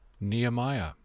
Nehemiah